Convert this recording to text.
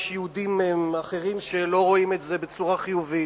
יש יהודים אחרים שלא רואים את זה בצורה חיובית,